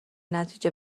نتیجه